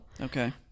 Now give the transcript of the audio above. Okay